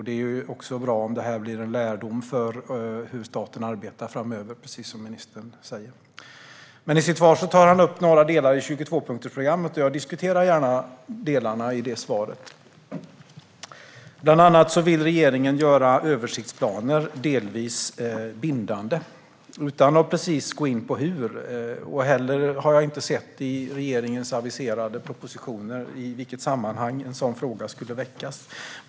Det vore bra om detta kan bli en lärdom för hur staten arbetar framöver, precis som ministern sa. I sitt svar tog han upp några delar i 22-punktsprogrammet, och jag diskuterar gärna dem. Bland annat vill regeringen göra översiktsplaner delvis bindande, utan att gå in på hur. När det gäller regeringens aviserade propositioner kan jag heller inte se i vilket sammanhang en sådan fråga skulle väckas.